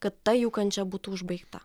kad ta jų kančia būtų užbaigta